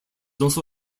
also